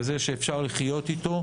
כזה שאפשר לחיות איתו,